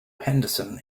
henderson